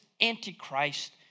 antichrist